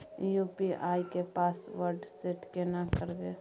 UPI के password set केना करबे?